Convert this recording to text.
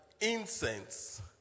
incense